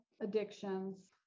addictions